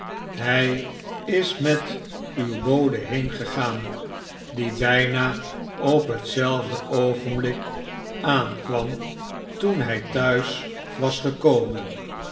hij is met uw bode heengegaan die bijna op hetzelfde oogenblik aankwam toen hij thuis was gekomen